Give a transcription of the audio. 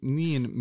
niin